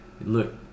look